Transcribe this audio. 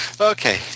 okay